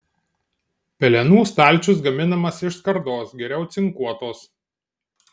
pelenų stalčius gaminamas iš skardos geriau cinkuotos